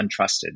untrusted